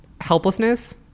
helplessness